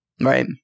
Right